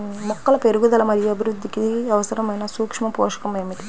మొక్కల పెరుగుదల మరియు అభివృద్ధికి అవసరమైన సూక్ష్మ పోషకం ఏమిటి?